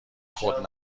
خود